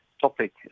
topic